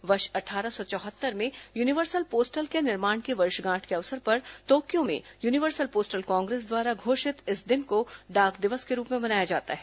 वर्ष अट्ठारह सौ चौहत्तर में यूनिवर्सल पोस्टल के निर्माण की वर्षगांठ के अवसर पर तोक्यो में यूनिवर्सल पोस्टल कांग्रेस द्वारा घोषित इस दिन को डाक दिवस के रूप में मनाया जाता है